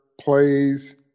plays